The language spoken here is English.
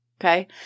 Okay